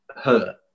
hurt